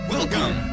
Welcome